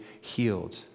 healed